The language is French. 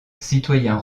citoyens